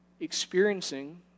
experiencing